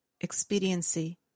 expediency